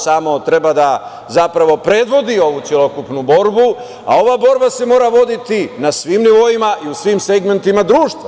Samo zapravo treba da predvodi ovu celokupnu borbu, a ova borba se mora voditi na svim nivoima i u svim segmentima društva.